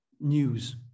news